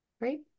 Right